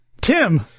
Tim